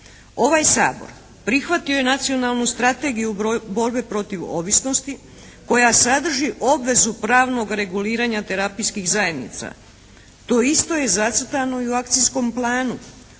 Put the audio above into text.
Ovaj Sabor prihvatio je nacionalnu strategiju borbe protiv ovisnosti koja sadrži obvezu pravnog reguliranja terapijskih zajednica. To isto je zacrtano i u akcijskom planu.